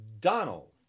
Donald